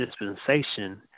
dispensation